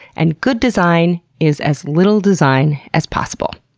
and good design is as little design as possible.